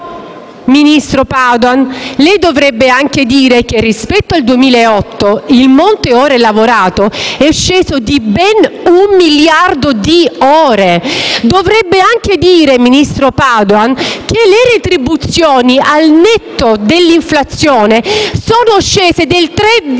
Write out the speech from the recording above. ministro Padoan dovrebbe anche dire che, rispetto al 2008, il monte ore lavorate è sceso di ben un miliardo di ore. Dovrebbe anche dire, il ministro Padoan, che le retribuzioni, al netto dell'inflazione, sono scese del 3,4